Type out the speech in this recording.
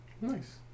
nice